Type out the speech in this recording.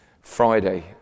Friday